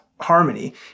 harmony